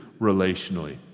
relationally